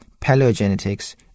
paleogenetics